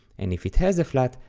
and if it has a flat,